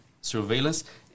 surveillance